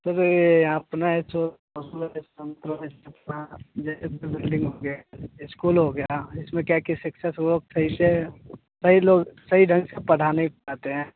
sir यह यहाँ पर ना ऐसे जैसे बिल्डिंग हो गया इस्कूल हो गया इसमें क्या है कि शिक्षक लोग सही से सही लोग सही ढंग से पढ़ा नहीं पाते हैं